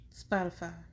Spotify